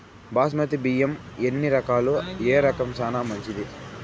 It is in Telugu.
బాస్మతి బియ్యం ఎన్ని రకాలు, ఏ రకం చానా మంచిది?